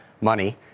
money